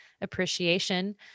appreciation